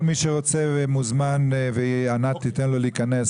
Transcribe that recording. כל מי שרוצה מוזמן, וענת תיתן לו להיכנס.